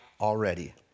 already